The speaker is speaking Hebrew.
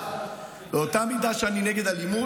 אבל באותה מידה שאני נגד אלימות,